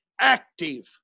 active